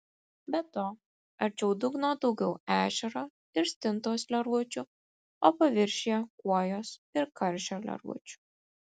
be to arčiau dugno daugiau ešerio ir stintos lervučių o paviršiuje kuojos ir karšio lervučių